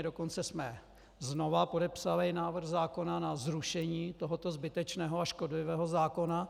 My jsme dokonce znova podepsali návrh zákona na zrušení tohoto zbytečného a škodlivého zákona.